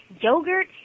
yogurt